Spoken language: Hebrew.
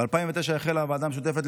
ב-2009 החלה הוועדה המשותפת,